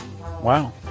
Wow